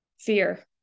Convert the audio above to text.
Fear